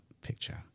picture